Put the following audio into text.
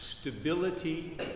stability